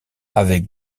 avec